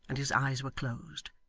and his eyes were closed.